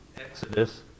Exodus